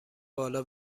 بالا